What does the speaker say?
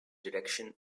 direction